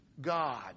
God